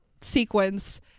sequence